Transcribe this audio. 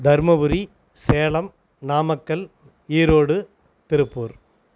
Dharmapuri Salem Namakkal Erode Tiruppur